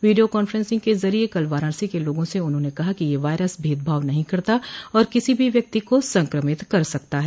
video conference के जरिए कल वाराणसी के लोगों से उन्होंने कहा कि यह वायरस भेदभाव नहीं करता और किसी भी व्यक्ति को संक्रमित कर सकता है